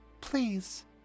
please